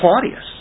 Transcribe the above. Claudius